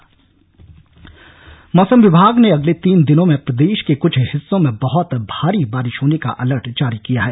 मौसम मौसम विभाग ने अगले तीन दिनों में प्रदेश के कुछ हिस्सों में बहुत भारी बारिश होने का अलर्ट जारी किया है